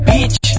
Bitch